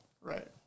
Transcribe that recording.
Right